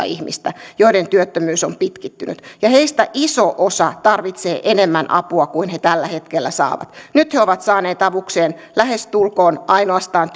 ihmistä joiden työttömyys on pitkittynyt ja heistä iso osa tarvitsee enemmän apua kuin he tällä hetkellä saavat nyt he ovat saaneet avukseen lähestulkoon ainoastaan